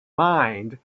mind